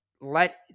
let